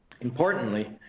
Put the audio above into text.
Importantly